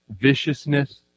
viciousness